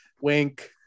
Wink